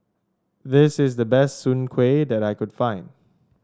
this is the best Soon Kuih that I can find